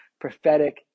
prophetic